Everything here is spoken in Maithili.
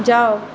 जाउ